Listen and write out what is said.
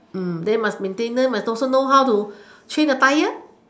then must maintenance you must also know how to change the tyre